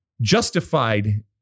justified